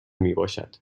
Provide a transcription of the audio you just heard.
میباشد